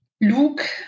Luke